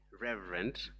Reverend